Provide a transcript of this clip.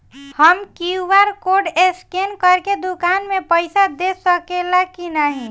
हम QR code scan करके दुकान में पईसा दे सकेला की नाहीं?